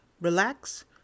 relax